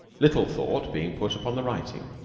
little thought being put upon the writing.